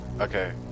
Okay